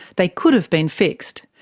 they could have been fixed,